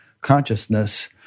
consciousness